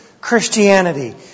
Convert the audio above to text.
Christianity